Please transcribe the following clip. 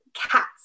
cats